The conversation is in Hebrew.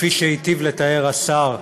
כפי שהיטיב לתאר השר,